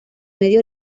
medio